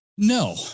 No